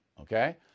Okay